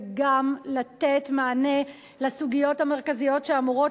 וגם לתת מענה לסוגיות המרכזיות שאמורות